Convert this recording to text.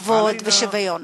כבוד ושוויון.